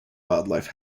wildlife